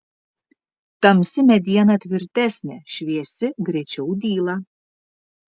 tamsi mediena tvirtesnė šviesi greičiau dyla